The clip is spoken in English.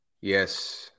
Yes